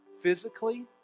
Physically